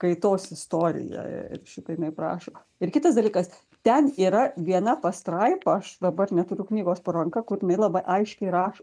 kaitos istorija ir šitaip jinai rašo ir kitas dalykas ten yra viena pastraipa aš dabar neturiu knygos po ranka kur jinai labai aiškiai rašo